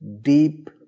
deep